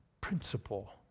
principle